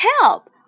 help